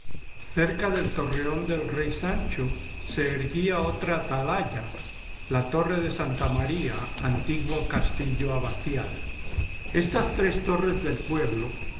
cerca del torreón del rey sancho se erguía otra atalaya la torre de santa maría antiguo castillo abacial estas tres torres del pueblo